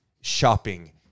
shopping